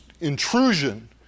intrusion